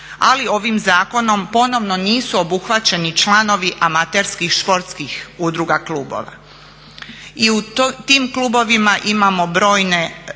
Ali ovim zakonom ponovno nisu obuhvaćeni članovi amaterskih športskih udruga, klubova. I u tim klubovima imamo brojne